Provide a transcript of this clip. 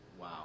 Wow